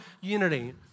unity